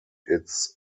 its